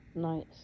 nights